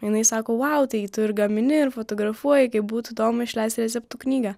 jinai sako vau tai tu ir gamini ir fotografuoji gi būtų įdomu išleisti receptų knygą